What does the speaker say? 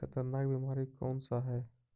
खतरनाक बीमारी कौन सा है?